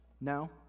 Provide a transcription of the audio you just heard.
no